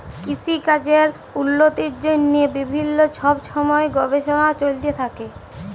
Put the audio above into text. কিসিকাজের উল্লতির জ্যনহে বিভিল্ল্য ছব ছময় গবেষলা চলতে থ্যাকে